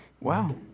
Wow